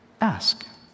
ask